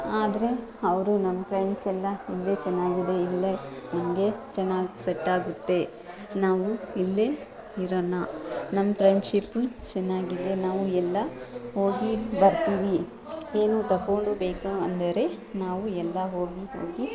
ಆದರೆ ಅವರು ನಮ್ಮ ಫ್ರೆಂಡ್ಸ್ ಎಲ್ಲ ಇಲ್ಲೇ ಚೆನ್ನಾಗಿದೆ ಇಲ್ಲೇ ನಮಗೆ ಚೆನ್ನಾಗಿ ಸೆಟ್ ಆಗುತ್ತೆ ನಾವು ಇಲ್ಲೇ ಇರೋಣ ನಮ್ಮ ಫ್ರೆಂಡ್ಶಿಪ್ ಚೆನ್ನಾಗಿದ್ದರೆ ನಾವು ಎಲ್ಲ ಹೋಗಿ ಬರ್ತೀವಿ ಏನು ತಗೊಂಡು ಬೇಕು ಅಂದರೆ ನಾವು ಎಲ್ಲ ಹೋಗಿ ಹೋಗಿ